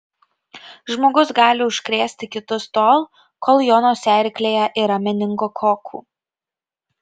žmogus gali užkrėsti kitus tol kol jo nosiaryklėje yra meningokokų